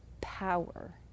power